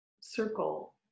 circle